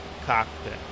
cockpit